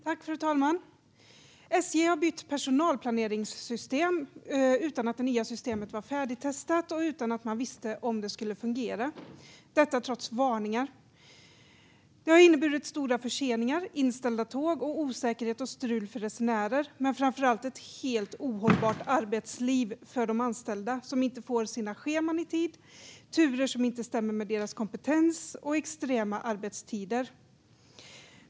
Fru talman! SJ har bytt personalplaneringssystem utan att det nya systemet var färdigtestat och utan att man visste om det skulle fungera, detta trots varningar. Det har inneburit stora förseningar, inställda tåg, osäkerhet och strul för resenärer men framför allt ett helt ohållbart arbetsliv för de anställda, som inte får sina scheman i tid och som får turer som inte stämmer med deras kompetens samt extrema arbetstider.